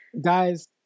Guys